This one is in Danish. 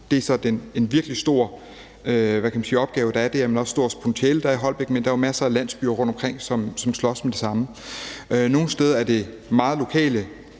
Det er en virkelig stor opgave, der er der, men det er også et stort potentiale, der er i Holbæk. Der er masser af landsbyer rundtomkring, som slås med det samme. Nogle steder er det meget lokale